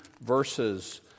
verses